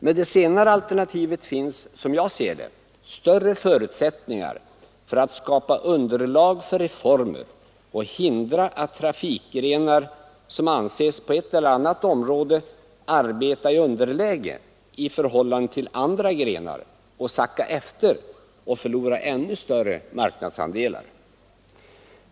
Med det senare alternativet finns — som jag ser det — större förutsättningar att skapa underlag för reformer och hindra att trafikgrenar, som anses på ett eller annat område arbeta i underläge i förhållande till andra grenar, sackar efter och förlorar ännu större marknadsandelar.